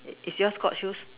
is your court shoes